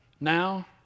now